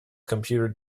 computer